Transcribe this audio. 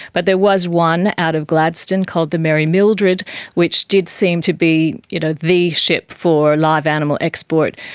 but there was one out of gladstone called the mary mildred which did seem to be you know the ship for live animal export,